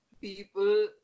people